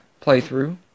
playthrough